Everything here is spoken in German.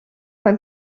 man